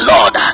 Lord